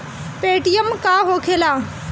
Paytm का होखेला?